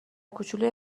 کوچولوی